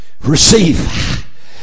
Receive